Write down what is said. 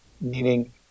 meaning